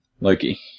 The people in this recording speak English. Loki